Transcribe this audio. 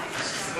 אז אני לא